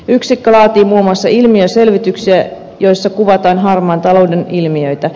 yksikkö laatii muun muassa ilmiöselvityksiä joissa kuvataan harmaan talouden ilmiöitä